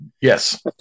Yes